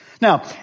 Now